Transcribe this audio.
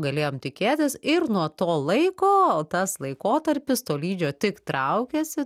galėjom tikėtis ir nuo to laiko tas laikotarpis tolydžio tik traukiasi